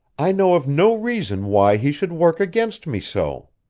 i know of no reason why he should work against me so.